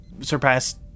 surpassed